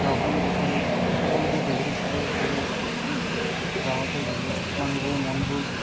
গাঁওখনৰ বিষয়ে ক'বলগীয়া বহুত আছে আৰু তাৰে গাঁৱতে ধৰি লওক মানুহবোৰৰ মনবোৰ